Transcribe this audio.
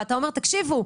ואתה אומר: תקשיבו,